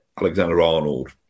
Alexander-Arnold